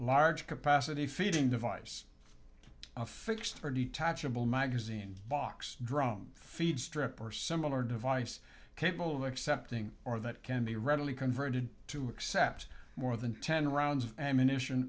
large capacity feeding device affixed her detachable magazine box drum feed strip or similar device capable of accepting or that can be readily converted to accept more than ten rounds of ammunition